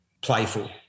playful